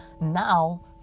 now